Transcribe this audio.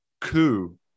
coup